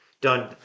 done